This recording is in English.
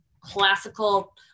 classical